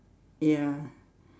ya